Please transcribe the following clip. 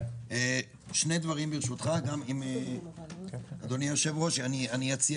שני דברים ברשותך, אדוני היושב-ראש.